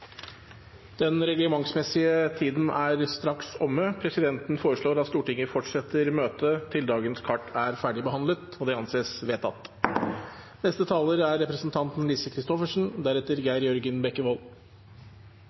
Den reglementsmessige tiden for møtet er straks omme. Presidenten foreslår at Stortinget fortsetter møtet til dagens kart er ferdigbehandlet. – Det anses vedtatt.